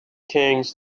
kings